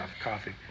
coffee